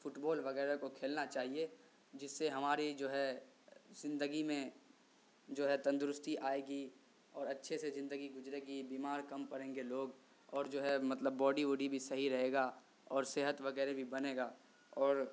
fit بال وغیرہ کو کھیلنا چاہیے جس سے ہماری جو ہے زندگی میں جو ہے تندرستی آئے گی اور اچھے سے زندگی گزرے گی بیمار کم پڑیں گے لوگ اور جو ہے مطلب بوڈی اوڈی صحیح رہے گا اور صحت وغیرہ بھی بنے گا اور